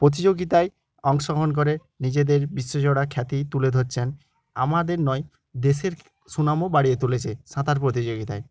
প্রতিযোগিতায় অংশগ্রহণ করে নিজেদের বিশ্বজোড়া খ্যাতি তুলে ধরছেন আমাদের নয় দেশের সুনামও বাড়িয়ে তুলেছে সাঁতার প্রতিযোগিতায়